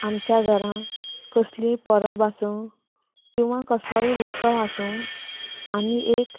आमच्या घरांत कसली परब आसूं किंवा कसलोय उत्सव आसूं आमी एक